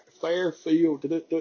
Fairfield